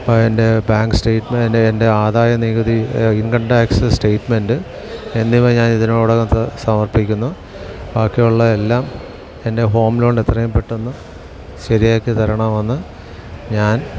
അപ്പോൾ എൻ്റെ bank statement എൻ്റെ ആദായ നികുതി ഇൻകം ടാക്സ് സ്റ്റേറ്റ്മെൻ്റ് എന്നിവ ഞാൻ ഇതിനോടകത്ത് സമർപ്പിക്കുന്നു ബാക്കിയുള്ള എല്ലാം എൻ്റെ ഹോം ലോൺ എത്രയും പെട്ടെന്ന് ശരിയാക്കിത്തരണമെന്നു ഞാൻ